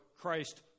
Christ